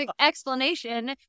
explanation